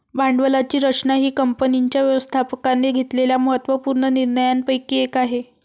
भांडवलाची रचना ही कंपनीच्या व्यवस्थापकाने घेतलेल्या महत्त्व पूर्ण निर्णयांपैकी एक आहे